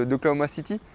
ah oklahoma city.